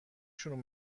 شروع